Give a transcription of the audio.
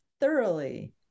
thoroughly